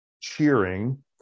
cheering